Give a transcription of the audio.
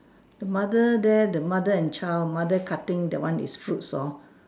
the mother there the mother and child mother cutting that one is fruits hor